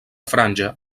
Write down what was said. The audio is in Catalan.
franja